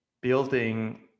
building